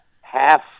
half